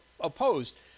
opposed